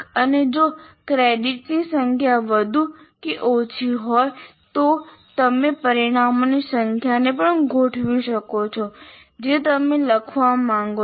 અને જો ક્રેડિટની સંખ્યા વધુ કે ઓછી હોય તો તમે પરિણામોની સંખ્યાને પણ ગોઠવી શકો છો જે તમે લખવા માંગો છો